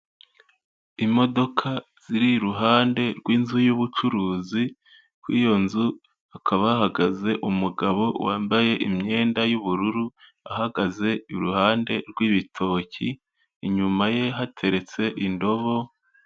Imodoka ziri iruhande rw'inzu y'ubucuruzi, ku iyo nzu hakaba hahagaze umugabo wambaye imyenda y'ubururu, ahagaze iruhande rw'ibitoki, inyuma ye hateretse indobo.